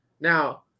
now